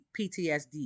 PTSD